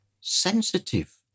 sensitive